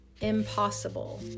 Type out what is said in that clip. impossible